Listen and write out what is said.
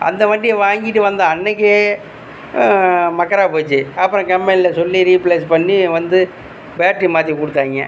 அந்த வண்டியே வாங்கிட்டு வந்த அன்றைக்கே மக்கராக போச்சு அப்புறம் கம்பெனியில் சொல்லி ரீப்லேஸ் பண்ணி வந்து பேட்டரி மாற்றி கொடுத்தாய்ங்க